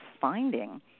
finding